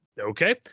Okay